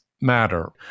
matter